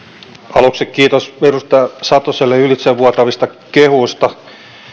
aluksi kiitos edustaja satoselle ylitsevuotavista kehuista